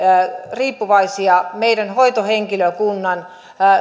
riippuvaisia meidän hoitohenkilökuntamme